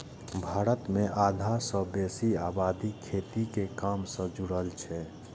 भारत मे आधा सं बेसी आबादी खेती के काम सं जुड़ल छै